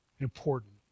important